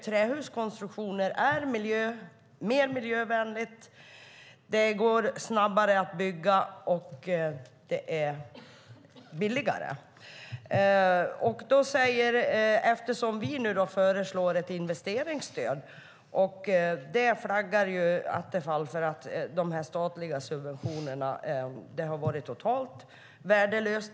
Trähuskonstruktioner är mer miljövänliga, går snabbare att bygga och är billigare. Eftersom vi nu föreslår ett investeringsstöd flaggar Attefall för att de statliga subventionerna har varit totalt värdelösa.